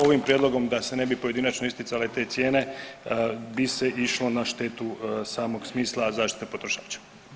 Ovim prijedlogom da se ne bi pojedinačno isticale te cijene bi se išlo na štetu samog smisla zaštite potrošača.